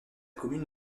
commune